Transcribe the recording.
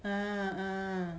ah ah